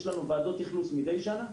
יש לנו וועדות אכלוס מידי שנה.